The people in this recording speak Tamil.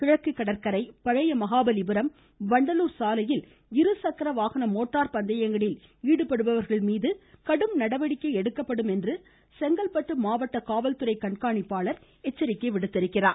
கிழக்கு கடற்கரை பழைய மகாபலிபுரம் வண்டலூர் சாலையில் இருசக்கர வாகன மோட்டார் பந்தயங்களில் ஈடுபடுபவர்கள் மீது கடும் நடவடிக்கை எடுக்கப்படும் என்று செங்கல்பட்டு மாவட்ட காவல்துறை கண்காணிப்பாளர் எச்சரித்திருக்கிறார்